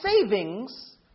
savings